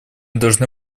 должны